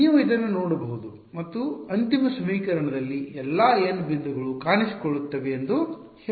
ನೀವು ಇದನ್ನು ನೋಡಬಹುದು ಮತ್ತು ಅಂತಿಮ ಸಮೀಕರಣದಲ್ಲಿ ಎಲ್ಲಾ n ಬಿಂದುಗಳು ಕಾಣಿಸಿಕೊಳ್ಳುತ್ತವೆ ಎಂದು ಹೇಳಬಹುದೇ